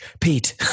Pete